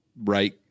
right